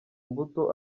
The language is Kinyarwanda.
imbuto